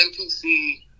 MPC